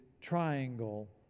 triangle